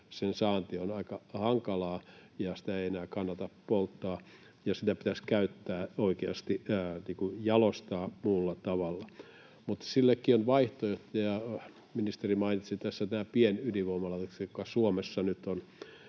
sen saanti on aika hankalaa ja sitä ei enää kannata polttaa. Sitä pitäisi oikeasti käyttää, jalostaa muulla tavalla, mutta sillekin on vaihtoehtoja. Ministeri mainitsi tässä nämä pienydinvoimalat, jotka Suomessa nyt ovat